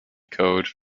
code